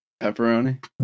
pepperoni